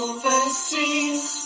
Overseas